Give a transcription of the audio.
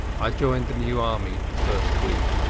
i joined the new army the first week,